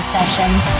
Sessions